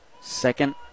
Second